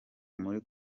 muri